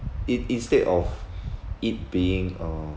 in~ instead of it being uh